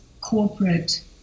corporate